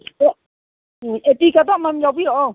ꯑꯗꯣ ꯑꯦꯄꯤꯒꯗꯣ ꯑꯃꯃꯝ ꯌꯥꯎꯕꯤꯔꯛꯑꯣ